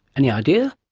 any idea?